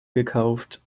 gekauft